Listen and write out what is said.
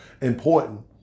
important